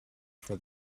for